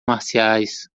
marciais